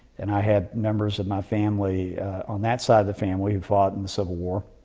and i had members of my family on that side of the family who fought in the civil war.